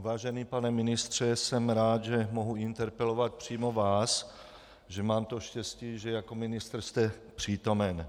Vážený pane ministře, jsem rád, že mohu interpelovat přímo vás, že mám to štěstí, že jako ministr jste přítomen.